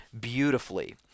beautifully